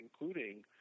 including